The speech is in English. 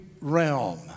realm